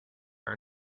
are